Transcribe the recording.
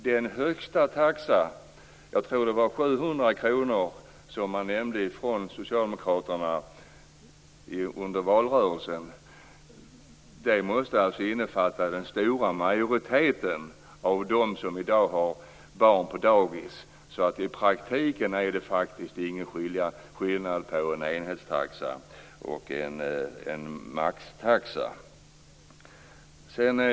Den högsta taxa - jag tror att den var 700 kr - som socialdemokraterna nämnde under valrörelsen måste alltså innefatta den stora majoriteten av dem som i dag har barn på dagis. I praktiken är det alltså ingen skillnad på en enhetstaxa och en maxtaxa.